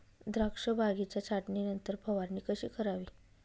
द्राक्ष बागेच्या छाटणीनंतर फवारणी कशी करावी?